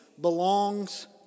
belongs